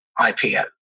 IPO